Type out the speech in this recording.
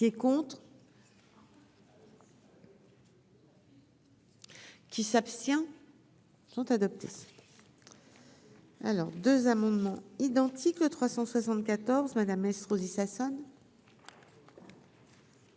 Qui est contre. Qui s'abstient sont adoptés alors 2 amendements identiques 374 Madame Estrosi Sassone.